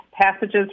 passages